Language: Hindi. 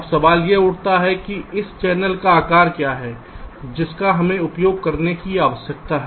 अब सवाल यह उठता है कि इस चैनल का आकार क्या है जिसका हमें उपयोग करने की आवश्यकता है